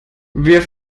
wir